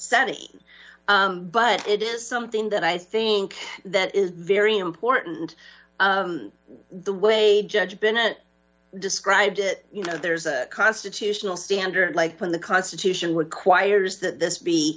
setting but it is something that i think that is very important the way judge been at described it you know there's a constitutional standard like in the constitution requires that this be